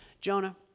Jonah